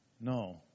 No